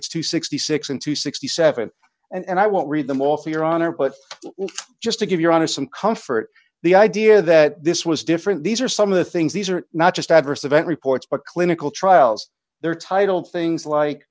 it's to sixty six and to sixty seven and i won't read them all to your honor but just to give your honor some comfort the idea that this was different these are some of the things these are not just adverse event reports but clinical trials they're titled things like